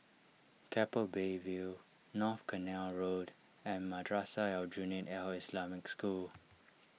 Keppel Bay View North Canal Road and Madrasah Aljunied Al Islamic School